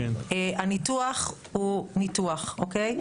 הניתוח הוא ניתוח, אוקיי?